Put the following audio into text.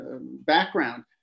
background